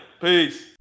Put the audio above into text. Peace